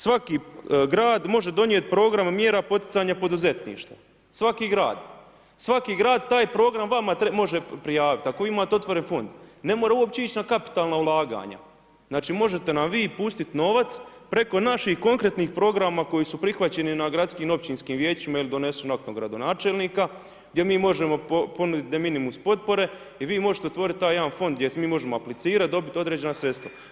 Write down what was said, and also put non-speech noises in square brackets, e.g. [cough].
Svaki grad može donijet program mjera poticanja poduzetništva, svaki grad, svaki grad taj program vama može prijavit ako imate otvoren fond, ne mora uopće ić na kapitalna ulaganja, znači možete nam vi pustit novac preko naših konkretnih programa koji su prihvaćeni na gradskim općinskim vijećima ili ... [unintelligible] gradonačelnika gdje mi možemo ponudit deminimus potpore i vi možete otvorit taj jedan fond gdje mi možemo aplicirat, dobit određena sredstva.